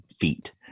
feet